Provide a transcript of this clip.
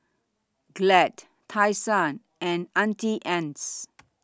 Glad Tai Sun and Auntie Anne's